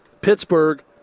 Pittsburgh